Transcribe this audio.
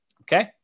Okay